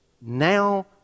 Now